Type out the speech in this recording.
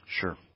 Sure